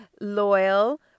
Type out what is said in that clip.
loyal